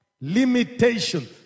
limitation